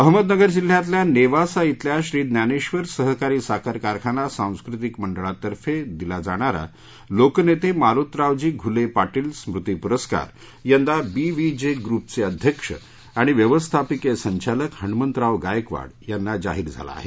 अहमदनगर जिल्ह्यातल्या नेवासा धिल्या श्री ज्ञानेध्वर सहकारी साखर कारखाना सांस्कृतिक मंडळातफॅ दिला जाणारा लोकनेते मारुतरावजी घुले पाटील स्मृती पुरस्कार यंदा विव्हीजी ग्रुपचे अध्यक्ष आणि व्यवस्थापकीय संचालक हणमंतराव गायकवाड यांना जाहीर झाला आहे